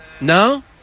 No